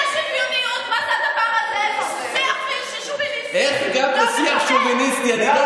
מה זה הדבר הזה, שיח של שוביניסטים, (חברת